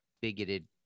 bigoted